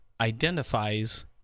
identifies